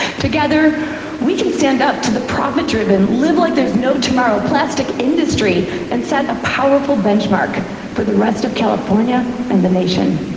together we can stand up to the profit-driven, live like there's no tomorrow plastic industry and set a powerful benchmark for the rest of california and the nation.